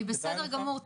בסדר גמור.